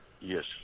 Yes